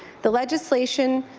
the legislation